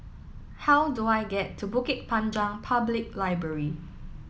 how do I get to Bukit Panjang Public Library